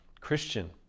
Christian